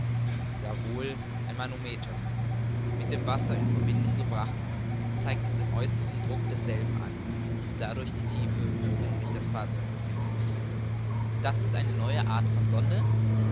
ein manometer mit dem wasser in verbindung gebracht zeigt es den äußern druck desselben an und dadurch die tiefe worin sich das fahrzeug befindet und das ist eine neue art von sonde